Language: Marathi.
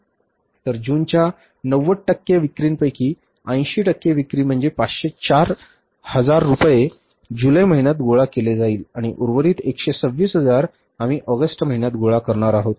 तर जूनच्या 90 टक्के विक्रीपैकी 80 टक्के विक्री म्हणजेच 504 हजार रुपये जुलै महिन्यात गोळा केले जाईल आणि उर्वरित 126 हजार आम्ही ऑगस्ट महिन्यात गोळा करणार आहोत